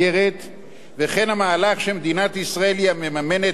וכן המהלך שמדינת ישראל היא המממנת את לומדי התורה.